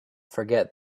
forget